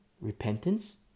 Repentance